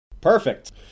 Perfect